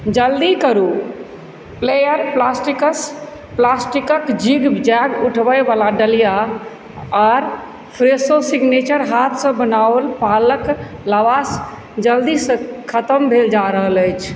जल्दी करू Flair Plastics प्लास्टिकके जिग जैग उठबैवला डलिया आओर फ्रेशो सिग्नेचर हाथसँ बनाओल पालक लवाश जल्दीसँ खतम भेल जा रहल अछि